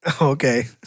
Okay